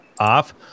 off